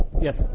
Yes